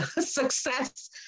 success